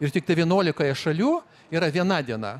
ir tiktai vienuolikoje šalių yra viena diena